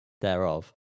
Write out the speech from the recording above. thereof